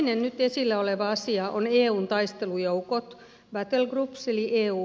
toinen nyt esillä oleva asia on eun taistelujoukot battlegroups eli eubg